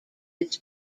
its